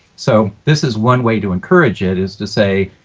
so this is one way to encourage it is to say,